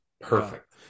Perfect